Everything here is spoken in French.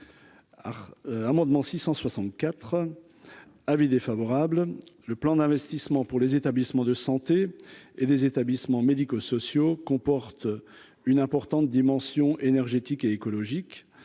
Amendement 664 avis défavorable, le plan d'investissement pour les établissements de santé et des établissements médico-sociaux comportent une importante dimension énergétique et écologique,